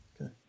Okay